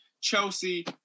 Chelsea